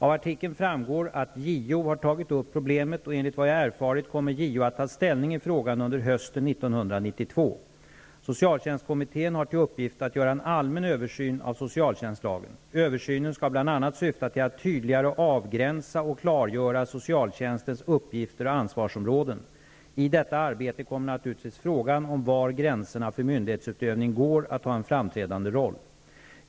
Av artikeln framgår att JO har tagit upp problem, och enligt vad jag har erfarit kommer JO att ta ställning i frågan under hösten 1992. Socialtjänstkommittén har till uppgift att göra en allmän översyn av socialtjänstlagen. Översynen skall bl.a. syfta till att tydligare avgränsa och klargöra socialtjänstens uppgifter och ansvarsområden. I detta arbete kommer naturligtvis frågan om var gränserna för myndighetsutövning går att ha en framträdande roll.